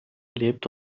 lebt